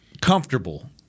comfortable